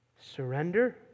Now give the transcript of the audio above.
surrender